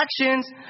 actions